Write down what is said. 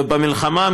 ובמלחמה,